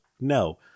No